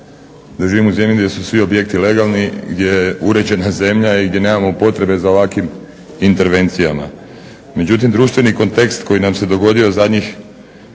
da živim u zemlji gdje su svi objekti legalni, gdje je uređena zemlja i gdje nemamo potrebe za ovakvim intervencijama. Međutim, društveni kontekst koji nam se dogodio zadnjih